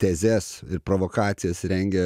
tezes ir provokacijas rengia